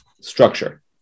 structure